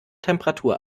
temperatur